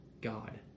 God